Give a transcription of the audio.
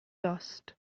dost